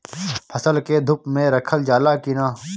फसल के धुप मे रखल जाला कि न?